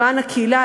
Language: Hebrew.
למען הקהילה,